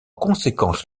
conséquence